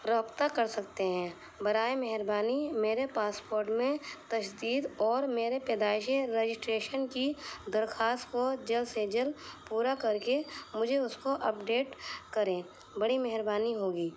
رابطہ کر سکتے ہیں براہ مہربانی میرے پاسپورٹ میں تجدید اور میرے پیدائشی رجسٹریشن کی درخواست کو جلد سے جلد پورا کر کے مجھے اس کو اپڈیٹ کریں بڑی مہربانی ہوگی